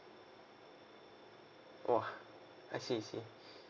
!wah! I see I see